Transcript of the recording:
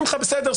שמחה הכל בסדר,